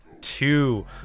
two